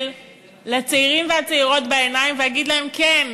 לצעירים ולצעירות בעיניים ואגיד להם: כן,